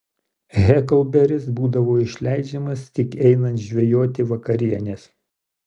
heklberis būdavo išleidžiamas tik einant žvejoti vakarienės